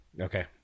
okay